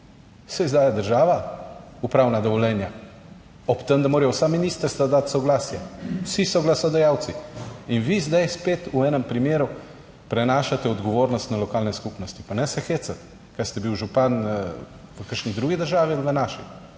saj izdaja država upravna dovoljenja, ob tem, da morajo vsa ministrstva dati soglasje, vsi soglasodajalci in vi zdaj spet v enem primeru prenašate odgovornost na lokalne skupnosti. Pa ne se hecati, kaj ste bil 82. TRAK (VI) 16.45 (Nadaljevanje)